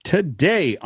Today